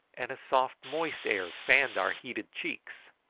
and a soft moist air fanned our heated cheeks.